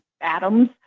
atoms